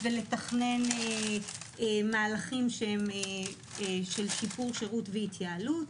ולתכנן מהלכים של שיפור שירות והתייעלות.